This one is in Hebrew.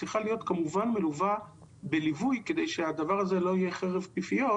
צריכה כמובן להיות מלווה בליווי כדי שהדבר הזה לא יהיה חרב פיפיות,